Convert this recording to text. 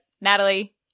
Natalie